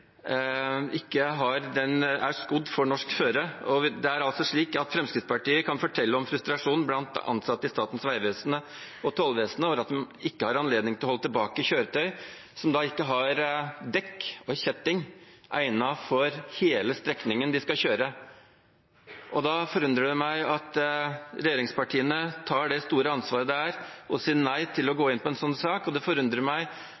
ikke er skodd for norsk føre. Fremskrittspartiet kan fortelle om frustrasjon blant ansatte i Statens vegvesen og Tollvesenet over at man ikke har anledning til å holde tilbake kjøretøy som ikke har dekk og kjetting egnet for hele strekningen de skal kjøre. Da forundrer det meg at regjeringspartiene tar det store ansvaret det er å si nei til å gå inn på en sånn sak, og det forundrer meg